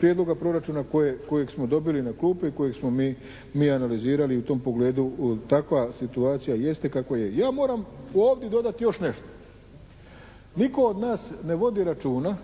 prijedloga proračuna kojeg smo dobili na klupi, kojeg smo mi analizirali i u tom pogledu, takva situacija jeste kakva je. Ja moram ovdje dodati još nešto. Nitko od nas ne vodi računa